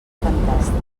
fantàstics